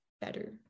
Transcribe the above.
better